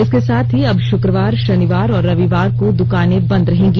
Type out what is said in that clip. इसके साथ ही अब शुक्रवारशनिवार और रविवार को दुकाने बंद रहेंगी